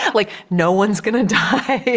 um like, no one's gonna die.